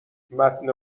متن